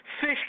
Fish